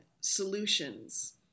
solutions